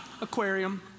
Aquarium